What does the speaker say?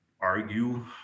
argue